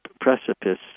precipice